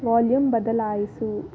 volume ಬದಲಾಯಿಸು